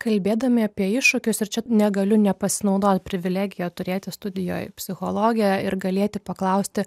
kalbėdami apie iššūkius ir čia negaliu nepasinaudot privilegija turėti studijoj psichologę ir galėti paklausti